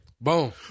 Boom